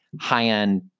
high-end